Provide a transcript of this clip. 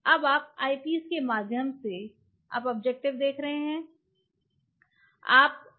अब आप ऑयपीस के माध्यम से आप ऑब्जेक्ट देख रहे हैं